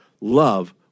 Love